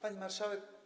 Pani Marszałek!